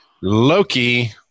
Loki